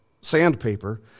sandpaper